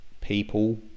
people